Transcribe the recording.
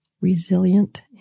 resilient